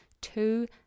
two